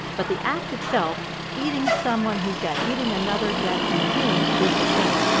but the act itself eating someone who's dead, eating another dead human being is the same.